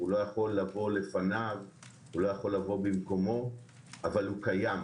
לא יכול לבוא לפניו או במקומו אך הוא קיים.